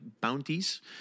bounties